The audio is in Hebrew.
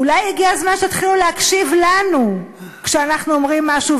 אולי הגיע הזמן שתתחילו להקשיב לנו כשאנחנו אומרים משהו,